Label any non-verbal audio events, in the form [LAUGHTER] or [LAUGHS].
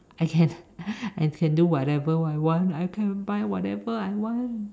I can [LAUGHS] I can do whatever I want I can buy whatever I want